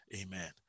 Amen